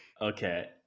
Okay